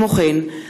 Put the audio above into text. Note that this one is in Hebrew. כמו כן,